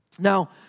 Now